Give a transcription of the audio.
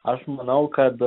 aš manau kad